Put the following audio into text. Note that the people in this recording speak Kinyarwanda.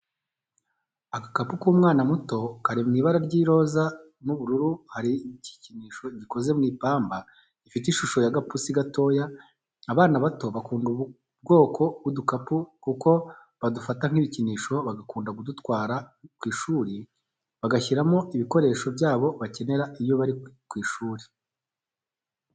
Agakapu k'umwana muto kari mu ibara ry'iroza n'ubururu hari igikinisho gikoze mu ipamba gifite ishusho y'agapusi gatoya, abana bato bakunda ubu kwoko bw'udukapu kuko badufata nk'ibikinisho bagakunda kudutwara kw'ishuri bagashyiramo ibikoresho byabo bakenera iyo bari ku ishuri.